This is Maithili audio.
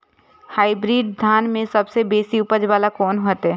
हाईब्रीड धान में सबसे बेसी उपज बाला कोन हेते?